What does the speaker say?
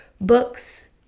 books